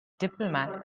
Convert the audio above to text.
diplomat